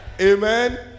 Amen